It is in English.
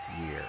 year